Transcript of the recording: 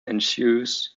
ensues